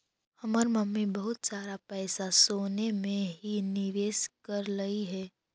हमर मम्मी बहुत सारा पैसा सोने में ही निवेश करलई हे